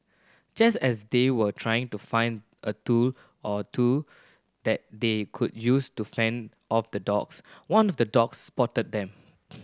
just as they were trying to find a tool or two that they could use to fend off the dogs one of the dogs spotted them